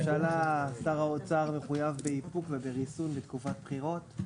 שר האוצר מחויב בריסון בתקופת בחירות.